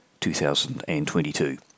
2022